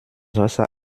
wasser